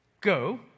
go